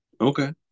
Okay